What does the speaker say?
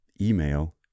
Email